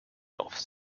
offs